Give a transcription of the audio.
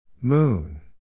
Moon